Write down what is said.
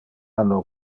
anno